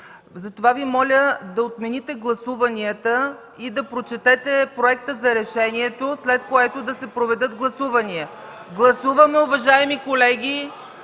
Затова Ви моля да отмените гласуванията и да прочетете проекта за решението, след което да се проведат гласуванията. Колеги,